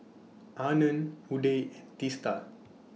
Anand Udai Teesta